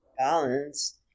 balance